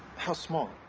how small?